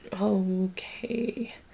Okay